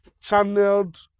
channeled